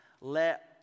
let